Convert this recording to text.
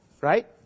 Right